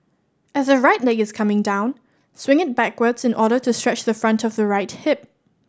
as the right leg is coming down swing it backwards in order to stretch the front of the right hip